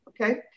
okay